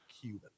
Cuban